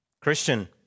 Christian